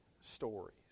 stories